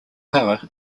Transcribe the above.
power